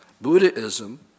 Buddhism